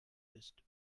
ist